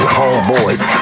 homeboys